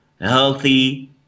healthy